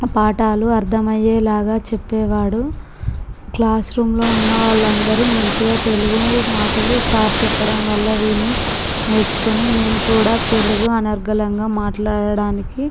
పాఠాలు అర్ధం అయ్యేలాగా చెప్పేవాడు క్లాస్ రూమ్ లో ఉన్నవాళ్లు అందరూ తెలుగు మాటలు సార్ చెప్పడం వళ్ళ విని నేర్చుకొని మేము కూడా తెలుగు అనర్గళంగా మాట్లాడడానికి